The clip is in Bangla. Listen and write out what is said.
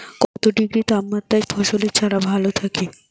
কত ডিগ্রি তাপমাত্রায় ফসলের চারা ভালো থাকে?